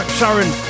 Sharon